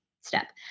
step